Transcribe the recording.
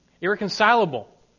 irreconcilable